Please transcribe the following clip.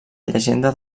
llegenda